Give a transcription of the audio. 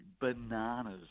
bananas